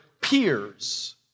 peers